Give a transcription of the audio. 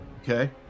Okay